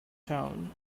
town